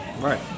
Right